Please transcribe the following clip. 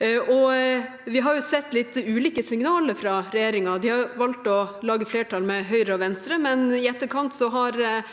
Vi har jo sett litt ulike signaler fra regjeringen. De har valgt å danne flertall med Høyre og Venstre, men i etterkant har